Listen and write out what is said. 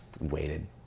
waited